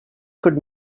could